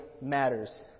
matters